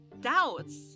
doubts